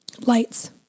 Lights